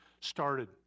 started